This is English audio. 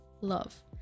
love